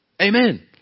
Amen